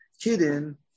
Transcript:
hidden